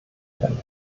werden